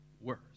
worse